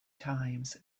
times